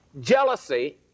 jealousy